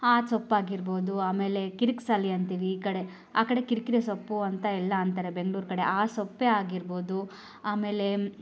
ಆ ಸೊಪ್ಪಾಗಿರ್ಬೋದು ಆಮೇಲೆ ಕಿರ್ಕ್ ಸಾಲೆ ಅಂತೀವಿ ಈ ಕಡೆ ಆ ಕಡೆ ಕಿರಿಕಿರಿ ಸೊಪ್ಪು ಅಂತ ಎಲ್ಲ ಅಂತಾರೆ ಬೆಂಗ್ಳೂರು ಕಡೆ ಆ ಸೊಪ್ಪೇ ಆಗಿರ್ಬೋದು ಆಮೇಲೆ